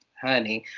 honey.